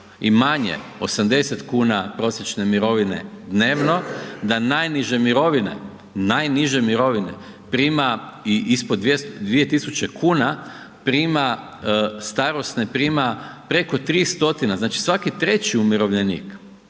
i manje, 80,00 kn prosječne mirovine dnevno, da najniže mirovine, najniže mirovine prima i ispod 2.000,00 kn, prima starosne prima preko 3 stotina, znači svaki treći umirovljenik,